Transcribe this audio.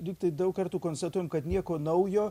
lygtai daug kartų konstatuojam kad nieko naujo